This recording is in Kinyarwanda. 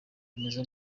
ameze